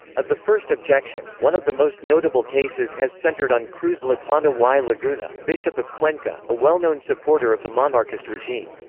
of the first objection, one of the most notable cases has centered on cruz laplana y laguna, bishop of cuenca, a well-known supporter of the monarchist regime.